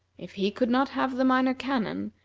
if he could not have the minor canon,